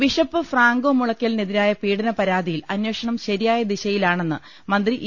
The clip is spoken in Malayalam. ബിഷപ് ഫ്രാങ്കോ മുളയ്ക്കലിനെതിരായ പീഡന പരാതി യിൽ അന്വേഷണം ശരിയായ ദിശയിലാണെന്ന് മന്ത്രി ഇ